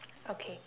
okay